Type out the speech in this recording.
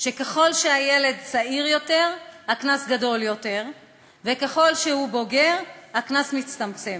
שלפיו ככל שהילד צעיר יותר הקנס גדול יותר וככל שהוא בוגר הקנס מצטמצם.